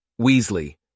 Weasley